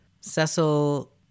Cecil